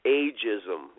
ageism